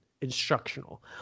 instructional